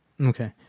Okay